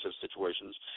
situations